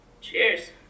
Cheers